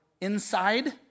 inside